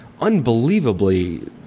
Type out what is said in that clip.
unbelievably